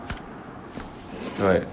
right